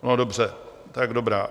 No dobře, tak dobrá.